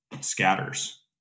scatters